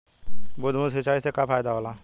बूंद बूंद सिंचाई से का फायदा होला?